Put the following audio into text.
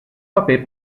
paper